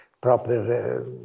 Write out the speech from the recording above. proper